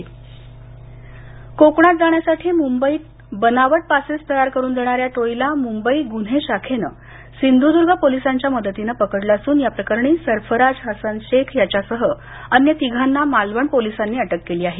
टोळी सिंधुद्ग कोकणात जाण्यासाठी मुंबईत बनावट पासेस तयार करून देणाऱ्या टोळीला मुंबई गुन्हे शाखेनं सिंधुर्दर्ग पोलिसांच्या मदतीने पकडलं असून या प्रकरणी सर्फराज हसन शेख याच्यासह अन्य तिघांना मालवण पोलिसांनी अटक केली आहे